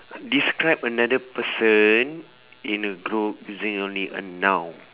describe another person in a group using only a noun